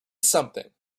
something